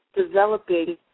developing